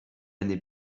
n’est